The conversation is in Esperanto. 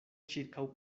ĉirkaŭ